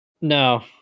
No